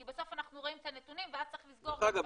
כי בסוף אנחנו רואים את הנתונים ואז צריך לסגור --- דרך אגב,